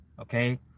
Okay